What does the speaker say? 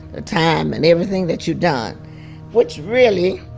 the time, and everything that you've done which, really,